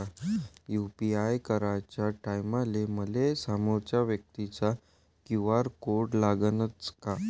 UPI कराच्या टायमाले मले समोरच्या व्यक्तीचा क्यू.आर कोड लागनच का?